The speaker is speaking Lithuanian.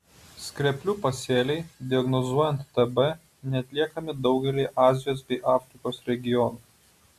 skreplių pasėliai diagnozuojant tb neatliekami daugelyje azijos bei afrikos regionų